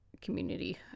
community